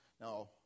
Now